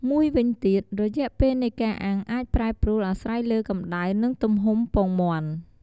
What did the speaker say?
មួយវិញទៀត រយៈពេលនៃការអាំងអាចប្រែប្រួលអាស្រ័យលើកម្តៅ និងទំហំពងមាន់។